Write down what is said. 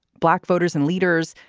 black voters and leaders,